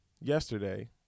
yesterday